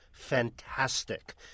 fantastic